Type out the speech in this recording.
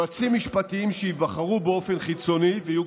יועצים משפטיים שייבחרו באופן חיצוני ויהיו